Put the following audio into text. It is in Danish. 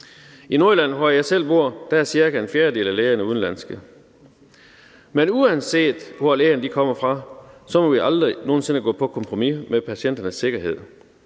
I Nordjylland, hvor jeg selv bor, er ca. en fjerdedel af lægerne udenlandske. Men uanset hvor lægerne kommer fra, må vi aldrig nogen sinde gå på kompromis med patienternes sikkerhed.